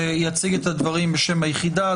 שיציג את הדברים בשם היחידה.